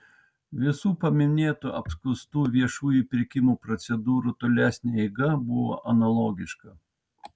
visų paminėtų apskųstų viešųjų pirkimų procedūrų tolesnė eiga buvo analogiška